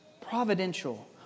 Providential